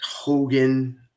Hogan